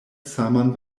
saman